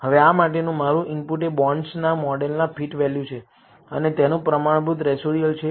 હવે આ માટેનું મારું ઇનપુટ એ બોન્ડ્સના મોડેલનાં ફિટ વેલ્યુ છે અને તેનું કારણ પ્રમાણભૂત રેસિડયુઅલ છે